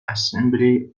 assembly